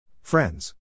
Friends